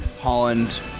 Holland